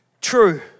True